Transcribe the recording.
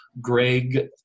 greg